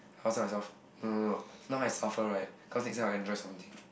I must tell myself no no no now I suffer right cause next time I'll enjoy something